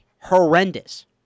horrendous